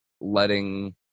Letting